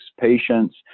patients